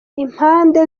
impande